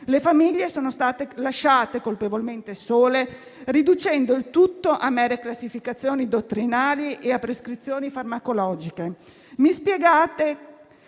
Le famiglie sono state lasciate colpevolmente sole, riducendo il tutto a mere classificazioni dottrinali e a prescrizioni farmacologiche. Mi spiegate